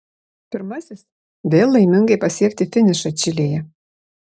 pirmasis vėl laimingai pasiekti finišą čilėje